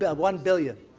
yeah one billion.